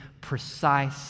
precise